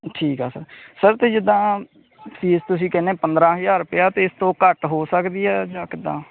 ਠੀਕ ਆ sir sir ਤਾਂ ਜਿੱਦਾਂ ਫੀਸ ਤੁਸੀਂ ਕਹਿੰਦੇ ਪੰਦਰਾਂ ਹਜ਼ਾਰ ਰੁਪਇਆ ਅਤੇ ਇਸ ਤੋਂ ਘੱਟ ਹੋ ਸਕਦੀ ਹੈ ਜਾਂ ਕਿੱਦਾਂ